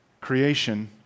Creation